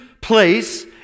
place